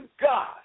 God